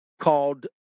called